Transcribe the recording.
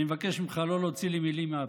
אני מבקש ממך לא להוציא לי מילים מהפה.